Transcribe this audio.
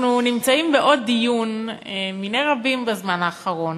אנחנו נמצאים בעוד דיון מני רבים בזמן האחרון,